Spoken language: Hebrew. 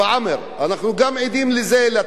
אנחנו גם עדים ל"תג מחיר",